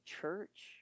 church